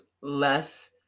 less